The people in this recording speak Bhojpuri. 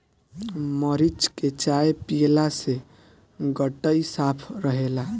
मरीच के चाय पियला से गटई साफ़ रहेला